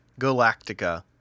Galactica